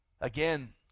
Again